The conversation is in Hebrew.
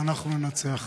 ואנחנו ננצח.